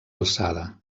alçada